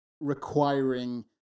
requiring